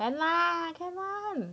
can lah can [one]